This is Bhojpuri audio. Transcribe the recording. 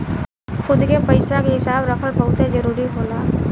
खुद के पइसा के हिसाब रखल बहुते जरूरी होला